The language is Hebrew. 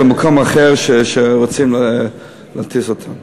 למקום אחר שרוצים לשם להטיס אותם.